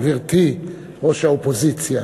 גברתי ראש האופוזיציה,